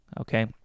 okay